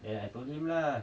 then I told him lah